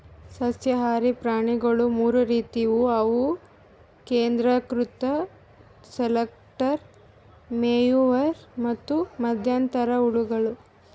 ಸಸ್ಯಹಾರಿ ಪ್ರಾಣಿಗೊಳ್ ಮೂರ್ ರೀತಿವು ಅವು ಕೇಂದ್ರೀಕೃತ ಸೆಲೆಕ್ಟರ್, ಮೇಯುವವರು ಮತ್ತ್ ಮಧ್ಯಂತರ ಹುಳಗಳು